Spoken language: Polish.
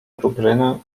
czuprynę